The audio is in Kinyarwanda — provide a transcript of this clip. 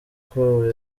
kwabo